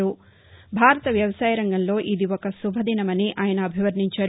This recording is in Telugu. భారత వ్యవసాయ రంగంలో ఇది ఒక శుభదినం అని ఆయస అభివర్ణించారు